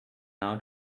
out